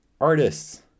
artists